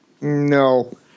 no